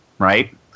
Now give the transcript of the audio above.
Right